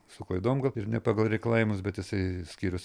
su klaidom gal ir ne pagal reikalavimus bet jisai skyrius